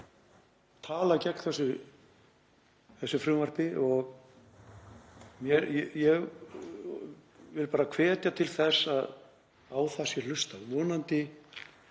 tala gegn þessu frumvarpi. Ég vil bara hvetja til þess að á það sé hlustað.